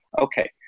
Okay